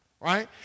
right